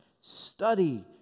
Study